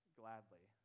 gladly